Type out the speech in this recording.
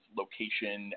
location